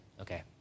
Okay